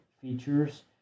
features